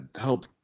help